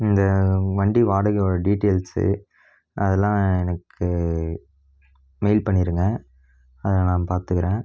இந்த வண்டி வாடகையோடய டீட்டைல்ஸ் அதெலாம் எனக்கு மெயில் பண்ணிடுங்க அதை நான் பார்த்துக்குறேன்